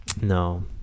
no